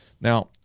Now